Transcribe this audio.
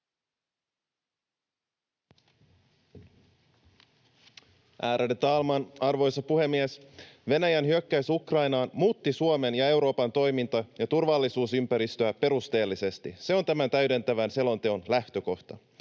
Ärade talman, arvoisa puhemies! Venäjän hyökkäys Ukrainaan muutti Suomen ja Euroopan toiminta- ja turvallisuusympäristöä perusteellisesti. Se on tämän täydentävän selonteon lähtökohta.